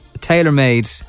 tailor-made